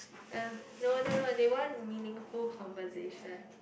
!huh! no no no they want meaningful conversation